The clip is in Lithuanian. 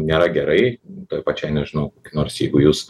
nėra gerai toj pačioj nežinau nors jeigu jūs